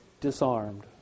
Disarmed